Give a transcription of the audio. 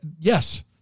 yes